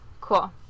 Cool